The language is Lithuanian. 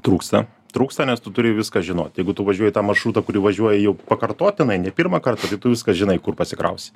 trūksta trūksta nes tu turi viską žinot jeigu tu važiuoji tą maršrutą kurį važiuoji jau pakartotinai ne pirmą kartą tai tu viską žinai kur pasikrausi